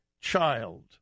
child